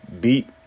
beat